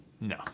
No